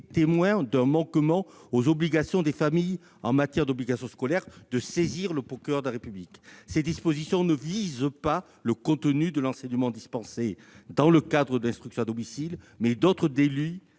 témoin d'un manquement aux obligations des familles en matière d'obligation scolaire, de saisir le procureur de la République. Ces dispositions ne visent pas le contenu de l'enseignement dispensé dans le cadre de l'instruction à domicile, mais d'autres délits